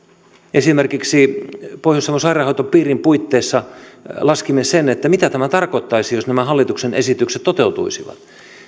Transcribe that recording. esimerkiksi pohjois savon sairaanhoitopiirin puitteissa laskimme sen mitä tämä tarkoittaisi jos nämä hallituksen esitykset toteutuisivat